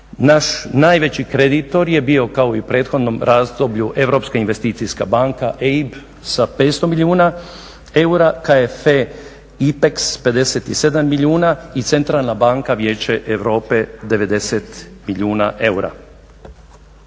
Naš najveći kreditor je bio kao i u prethodnom razdoblju Europska investicijska banka EIB sa 500 milijuna eura, KFW IPEX 57 milijuna i Centralna banka Vijeće Europe 90 milijuna eura.